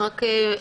אוקיי.